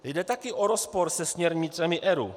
Jde taky o rozpor se směrnicemi ERÚ.